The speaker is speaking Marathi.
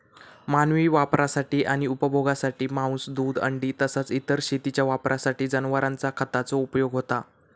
मानवी वापरासाठी आणि उपभोगासाठी मांस, दूध, अंडी तसाच इतर शेतीच्या वापरासाठी जनावरांचा खताचो उपयोग होता